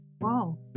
Wow